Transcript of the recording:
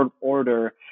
order